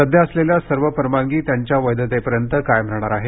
सध्या असलेल्या सर्व परवानगी त्यांच्या वैधतेपर्यंत कायम राहणार आहेत